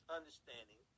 understanding